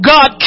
God